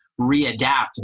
readapt